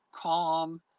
calm